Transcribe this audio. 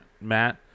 Matt